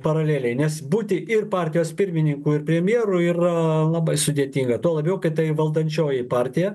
paraleliai nes būti ir partijos pirmininku ir premjeru yra labai sudėtinga tuo labiau kad tai valdančioji partija